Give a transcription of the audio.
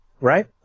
right